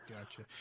Gotcha